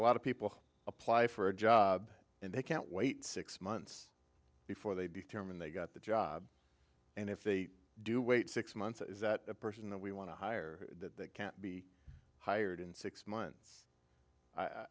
of people apply for a job and they can't wait six months before they determine they've got the job and if they do wait six months is that a person that we want to hire that they can't be hired in six months i